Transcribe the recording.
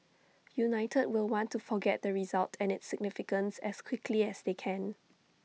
united will want to forget the result and its significance as quickly as they can